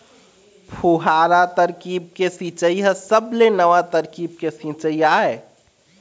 फुहारा तरकीब के सिंचई ह सबले नवा तरकीब के सिंचई आय